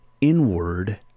inward